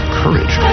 courage